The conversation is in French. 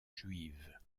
juive